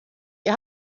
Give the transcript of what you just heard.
ihr